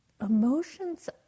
emotions